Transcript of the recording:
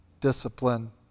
discipline